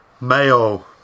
Mayo